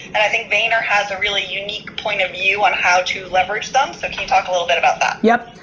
and i think vayner has a really unique point of view on how to leverage them. so can you talk a little bit more about that. yep.